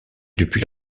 depuis